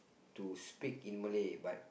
to speak in Malay but